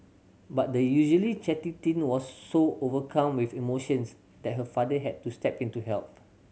but the usually chatty teen was so overcome with emotions that her father had to step in to help